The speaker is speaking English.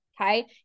okay